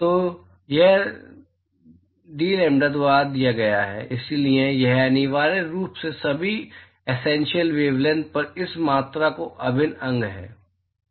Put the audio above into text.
तो यह द्वारा दिया गया है इसलिए यह अनिवार्य रूप से सभी एसेंशियल वेवलैंथ पर इस मात्रा का अभिन्न अंग है